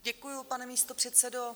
Děkuji, pane místopředsedo.